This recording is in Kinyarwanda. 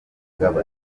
ngabo